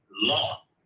law